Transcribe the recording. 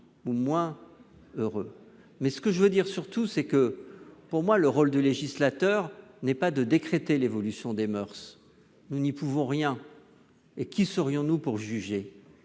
ou moins heureux que les autres. Je veux dire surtout que, selon moi, le rôle de législateur n'est pas de décréter l'évolution des moeurs. Nous n'y pouvons rien, et qui serions-nous pour juger ?